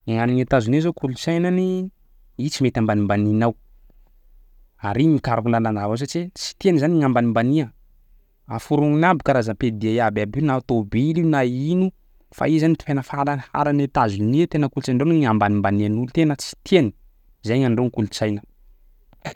Ngany Etazonia kolotsainany io tsy mety ambanimbaninao ary igny mikaroky lalandava satsy tsy tiany zany ambanimbania aforognony aby karazany PDA ibiaby io n tobily io na ino fa io zany tena farany harany Etazonia tena kolotsaindreo ny ambanimbaninolo tena tsy tiany zaigny ny andro kolotsaina